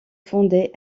fondé